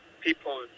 people